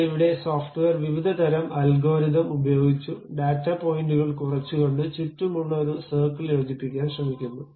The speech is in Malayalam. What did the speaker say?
എന്നാൽ ഇവിടെ സോഫ്റ്റ്വെയർ വിവിധ തരം അൽഗോരിതം ഉപയോഗിച്ചു ഡാറ്റാ പോയിന്റുകൾ കുറച്ചുകൊണ്ട് ചുറ്റുമുള്ള ഒരു സർക്കിൾ യോജിപ്പിക്കാൻ ശ്രമിക്കുന്നു